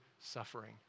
suffering